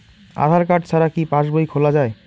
আধার card ছাড়া কি পাসবই খোলা যায়?